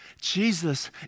Jesus